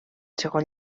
segon